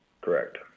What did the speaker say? Correct